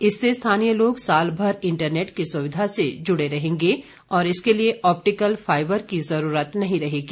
इससे स्थानीय लोग सालभर इंटरनेट की सुविधा से जुड़े रहेंगे और इसके लिए ऑपिटकल फाइबर की जरूरत नहीं रहेंगी